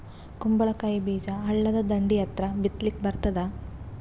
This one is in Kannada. ಕುಂಬಳಕಾಯಿ ಬೀಜ ಹಳ್ಳದ ದಂಡಿ ಹತ್ರಾ ಬಿತ್ಲಿಕ ಬರತಾದ?